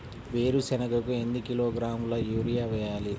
వేరుశనగకు ఎన్ని కిలోగ్రాముల యూరియా వేయాలి?